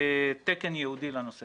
תקן ייעודי לנושא